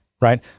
right